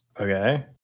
Okay